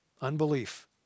unbelief